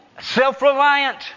Self-reliant